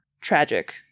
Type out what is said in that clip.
tragic